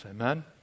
Amen